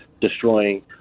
destroying –